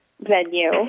venue